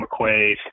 McQuaid